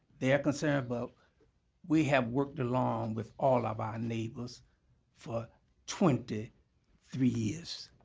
their concern, but we have worked along with all of our neighbors for twenty three years.